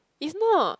is not